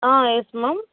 ah yes ma'am